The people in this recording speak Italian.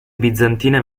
bizantine